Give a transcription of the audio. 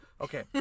Okay